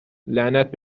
لعنت